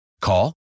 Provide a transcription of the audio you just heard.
Call